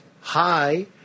high